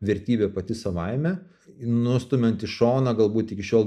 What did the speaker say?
vertybė pati savaime nustumiant į šoną galbūt iki šiol